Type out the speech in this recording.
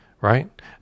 Right